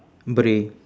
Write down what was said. beret